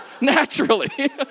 Naturally